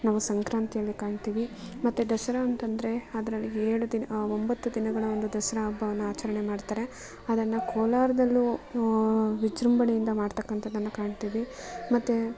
ನಾವು ಸಂಕ್ರಾಂತಿಯಲ್ಲಿ ಕಾಣ್ತೀವಿ ಮತ್ತೆ ದಸರಾ ಅಂತಂದ್ರೆ ಅದ್ರಲ್ಲಿ ಏಳು ದಿನ ಒಂಬತ್ತು ದಿನಗಳ ಒಂದು ದಸರಾ ಹಬ್ಬವನ್ನು ಆಚರಣೆ ಮಾಡ್ತಾರೆ ಅದನ್ನು ಕೋಲಾರದಲ್ಲೂ ವಿಜೃಂಭಣೆಯಿಂದ ಮಾಡ್ತಕ್ಕಂಥದ್ದನ್ನು ಕಾಣ್ತೀವಿ ಮತ್ತೇ